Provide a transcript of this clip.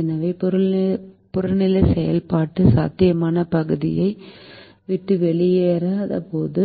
எனவே புறநிலை செயல்பாடு சாத்தியமான பகுதியை விட்டு வெளியேறாதபோது